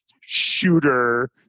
shooter